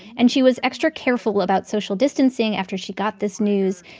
and she was extra careful about social distancing after she got this news.